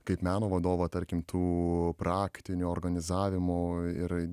kaip meno vadovo tarkim tų praktinių organizavimų ir